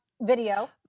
video